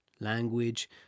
language